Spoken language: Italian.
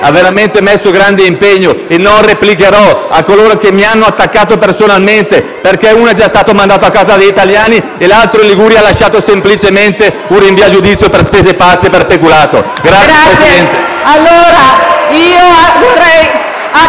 veramente grande impegno e non replicherò a coloro che mi hanno attaccato personalmente, perché uno è già stato mandato a casa dagli italiani e l'altro in Liguria ha lasciato semplicemente un rinvio a giudizio per spese pazze e peculato. *(Applausi